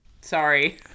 sorry